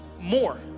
more